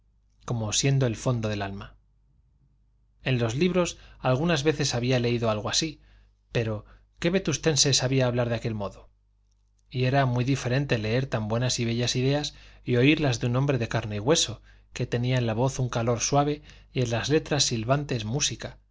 como siendo el fondo del alma en los libros algunas veces había leído algo así pero qué vetustense sabía hablar de aquel modo y era muy diferente leer tan buenas y bellas ideas y oírlas de un hombre de carne y hueso que tenía en la voz un calor suave y en las letras silbantes música